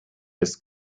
des